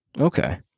Okay